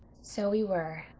so we were.